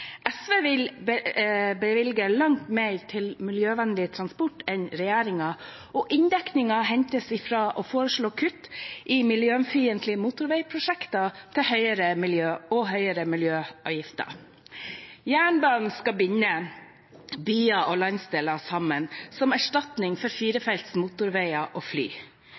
SV vil bevilge langt mer til miljøvennlig transport enn regjeringen, og inndekningen hentes fra å foreslå kutt i miljøfiendtlige motorveiprosjekter, og høyere miljøavgifter. Jernbanen skal binde byer og landsdeler sammen, som erstatning for firefelts motorveier og fly.